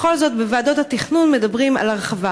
בכל זאת בוועדות התכנון מדברים על הרחבה.